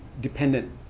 dependent